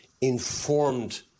informed